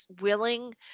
willing